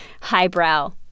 highbrow